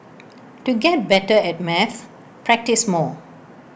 to get better at maths practise more